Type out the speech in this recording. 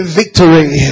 victory